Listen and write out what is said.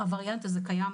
שהווריאנט הזה קיים,